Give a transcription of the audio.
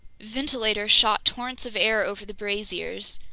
ventilators shot torrents of air over the braziers.